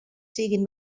siguin